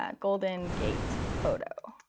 ah golden gate photo.